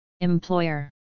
employer